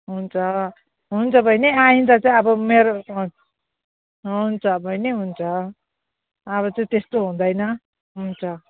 हुन्छ हुन्छ बहिनी आइन्दा चाहिँ अब मेरो अँ हुन्छ बहिनी हुन्छ अब चाहिँ त्यस्तो हुँदैन हुन्छ